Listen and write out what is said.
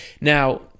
Now